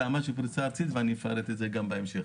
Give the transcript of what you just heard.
אלא ממש בפריסה ארצית ואפרט את זה גם בהמשך.